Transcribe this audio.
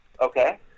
okay